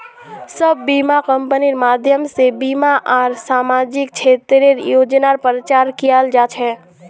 सब बीमा कम्पनिर माध्यम से बीमा आर सामाजिक क्षेत्रेर योजनार प्रचार कियाल जा छे